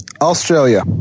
Australia